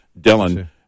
Dylan